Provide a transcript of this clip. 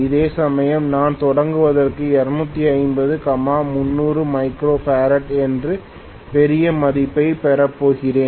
அதேசமயம் நான் தொடங்குவதற்கு 250 300 மைக்ரோ ஃபாரட் என்ற பெரிய மதிப்பைப் பெறப்போகிறேன்